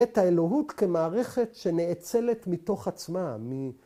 ‫את האלוהות כמערכת ‫שנאצלת מתוך עצמה.